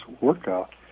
workout